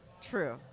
true